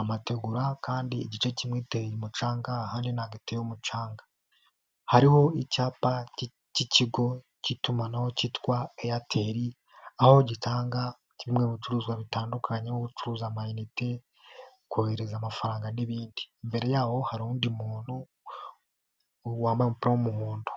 amategura kandi igice kimwe iteye umucanga ahandi ntago iteye umucanga. Hariho icyapa k'ikigo k'itumanaho cyitwa Airtel, aho gitanga kimwe mu bicuruzwa bitandukanye, nko gucuruza amayinite kohereza amafaranga n'ibindi. Mbere yaho hari undi muntu wambaye umupira w'umuhondo.